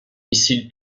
missiles